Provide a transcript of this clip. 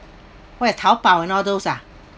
web Taobao and all those ah